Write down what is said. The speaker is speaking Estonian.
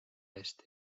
eest